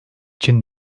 için